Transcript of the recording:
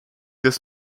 des